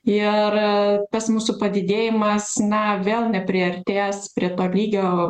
ir tas mūsų padidėjimas na vėl nepriartėjęs prie to lygio